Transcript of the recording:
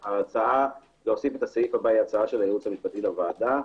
שההצעה להוסיף את הסעיף הבא היא הצעה של הייעוץ המשפטי לוועדה,